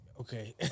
okay